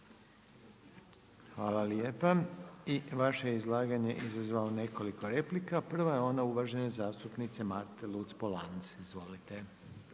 Hvala lijepa. I vaše je izlaganje izazvalo nekoliko replika. Prva je ona uvažene zastupnice Marte Luc-Polanc. Izvolite.